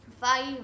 five